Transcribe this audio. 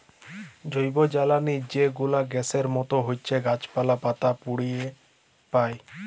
জৈবজ্বালালি যে গুলা গ্যাসের মত হছ্যে গাছপালা, পাতা পুড়িয়ে পায়